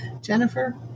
Jennifer